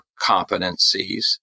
competencies